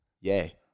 Yay